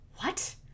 What